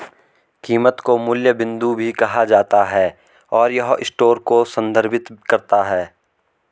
कीमत को मूल्य बिंदु भी कहा जाता है, और यह स्टोर को संदर्भित करता है